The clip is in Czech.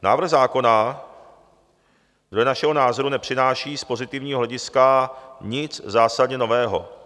Návrh zákona dle našeho názoru nepřináší z pozitivního hlediska nic zásadně nového.